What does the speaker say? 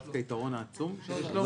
דווקא היתרון העצום -- לא,